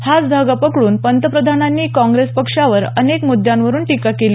हाच धागा पकडून पंतप्रधानांनी काँग्रेस पक्षावर अनेक म्द्यांवरून टीका केली